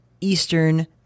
Eastern